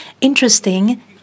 interesting